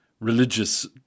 religious